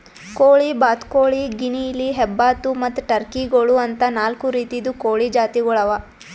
ಕೋಳಿ, ಬಾತುಕೋಳಿ, ಗಿನಿಯಿಲಿ, ಹೆಬ್ಬಾತು ಮತ್ತ್ ಟರ್ಕಿ ಗೋಳು ಅಂತಾ ನಾಲ್ಕು ರೀತಿದು ಕೋಳಿ ಜಾತಿಗೊಳ್ ಅವಾ